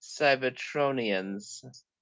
Cybertronians